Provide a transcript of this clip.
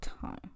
time